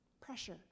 pressure